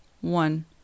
one